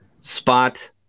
spot